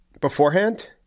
beforehand